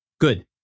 Good